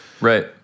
Right